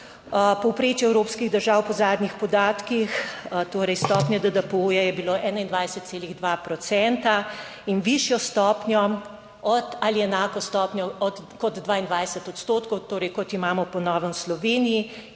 Povprečje evropskih držav po zadnjih podatkih, torej stopnje DDPO je bilo 21,2 procenta. In višjo stopnjo ali enako stopnjo kot 22 odstotkov, torej, kot imamo po novem v Sloveniji,